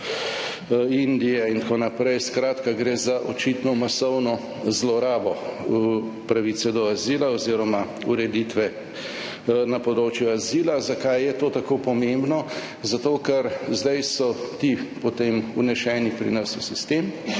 Indije in tako naprej. Skratka, gre za očitno masovno zlorabo pravice do azila oziroma ureditve na področju azila. Zakaj je to tako pomembno? Zato ker so zdaj ti potem vneseni pri nas v sistem.